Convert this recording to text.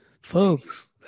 Folks